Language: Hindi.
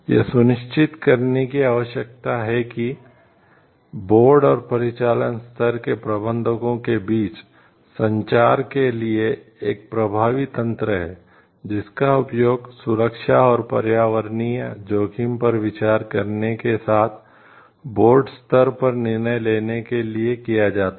यह सुनिश्चित करने की आवश्यकता है कि बोर्ड और परिचालन स्तर के प्रबंधकों के बीच संचार के लिए एक प्रभावी तंत्र है जिसका उपयोग सुरक्षा और पर्यावरणीय जोखिमों पर विचार करने के साथ बोर्ड स्तर पर निर्णय लेने के लिए किया जाता है